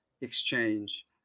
exchange